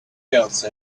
else